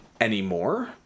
anymore